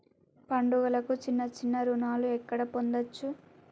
పండుగలకు చిన్న చిన్న రుణాలు ఎక్కడ పొందచ్చు?